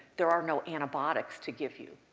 there are no antibiotics to give you.